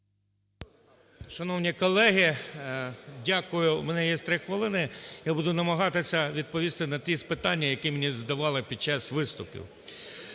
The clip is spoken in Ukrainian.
Шановні колеги! Дякую. У мене є 3 хвилини, я буду намагатися відповісти на ті питання, які мені задавали під час виступів.